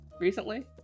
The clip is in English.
recently